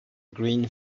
green